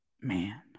man